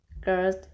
girls